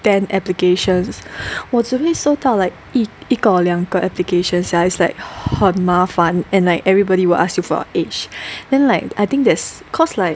ten applications 我只会收到 like 一个 or 两个 application size like 很麻烦 and like everybody will ask you for your age then like I think there's cause like